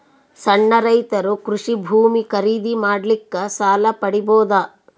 ಸಣ್ಣ ರೈತರು ಕೃಷಿ ಭೂಮಿ ಖರೀದಿ ಮಾಡ್ಲಿಕ್ಕ ಸಾಲ ಪಡಿಬೋದ?